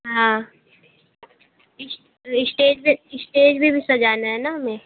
हाँ इस्टेज पर इस्टेज भी तो सजाना है ना हमें